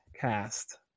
Cast